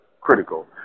critical